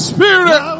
Spirit